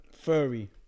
Furry